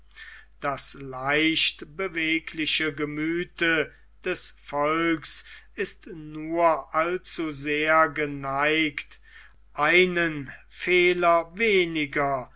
das leicht bewegliche gemüth des volks ist nur allzusehr geneigt einen fehler weniger